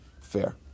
Fair